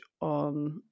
on